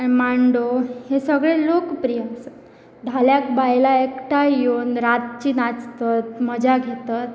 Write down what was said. आनी मांडो हे सगळें लोकप्रिय आसात धाल्याक बायलां एकठांय येवन रातची नाचतात मजा घेतात